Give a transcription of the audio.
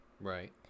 right